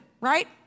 right